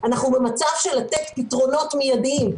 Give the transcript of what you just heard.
אנחנו במצב של לתת פתרונות מידיים.